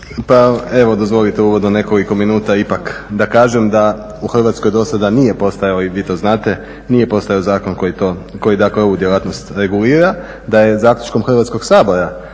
pa evo dozvolite uvodno nekoliko minuta ipak da kažem da u Hrvatskoj do sada nije postojao i vi to znate, nije postojao zakon koji to, koji dakle ovu djelatnost regulira. Da je zaključkom Hrvatskog sabora,